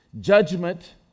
Judgment